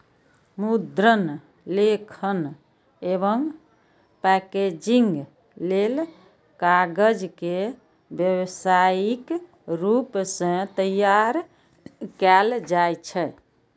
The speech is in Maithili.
मुद्रण, लेखन एवं पैकेजिंग लेल कागज के व्यावसायिक रूप सं तैयार कैल जाइ छै